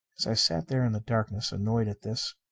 as i sat there in the darkness, annoyed at this,